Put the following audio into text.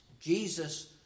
Jesus